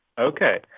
Okay